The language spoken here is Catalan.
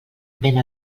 vent